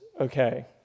okay